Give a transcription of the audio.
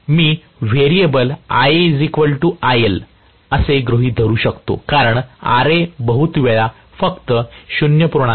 मी variable IaIL असे गृहित धरू शकतो कारण Ra बहुतेक वेळा फक्त 0